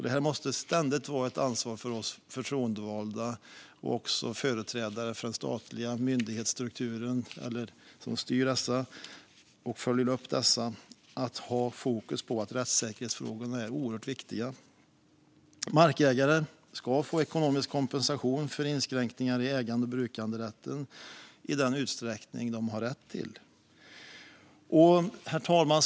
Det här måste ständigt vara ett ansvar för oss förtroendevalda och också företrädare för den statliga myndighetsstrukturen eller för dem som styr och följer upp denna. Att ha fokus på rättssäkerhetsfrågorna är oerhört viktigt för att markägare ska få ekonomisk kompensation för inskränkningar i ägande och brukanderätten i den utsträckning de har rätt till. Herr talman!